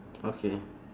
okay